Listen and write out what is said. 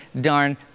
darn